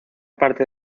parte